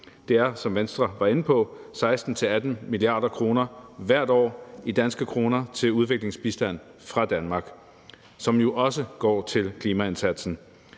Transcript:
Det er, som Venstre var inde på, 16-18 mia. kr. hvert år i danske kroner til udviklingsbistand fra Danmark, som jo også går til klimaindsatsen.